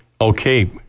Okay